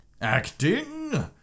Acting